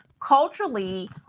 culturally